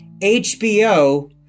HBO